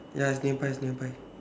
ya it's nearby it's nearby